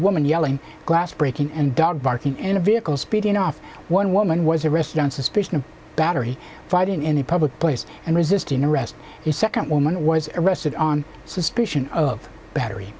woman yelling glass breaking and dog barking in a vehicle speeding off one woman was arrested on suspicion of battery fighting in a public place and resisting arrest the second woman was arrested on suspicion of battery